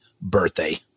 birthday